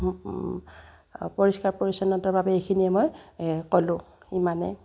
পৰিষ্কাৰ পৰিচ্ছন্নতাৰ বাবে এইখিনিয়ে মই ক'লোঁ ইমানেই